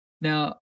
Now